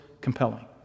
compelling